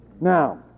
Now